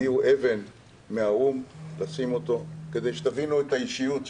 הביאו אבן מהאו"ם לשים כדי שתבינו את האישיות.